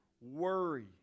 worry